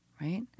right